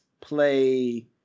play